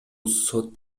сот